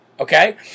Okay